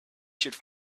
should